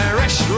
Irish